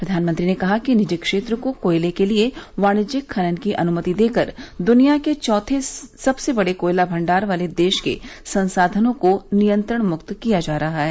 प्रधानमंत्री ने कहा कि निजी क्षेत्र को कोयले के लिए वाणिज्यिक खनन की अनुमति देकर दुनिया के चौथे सबसे बड़े कोयला भंडार वाले देश के संसाधनों को नियंत्रण मुक्त किया जा रहा है